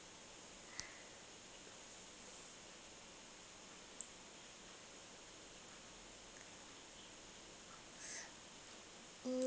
mm